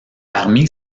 parmi